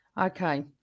Okay